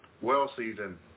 well-seasoned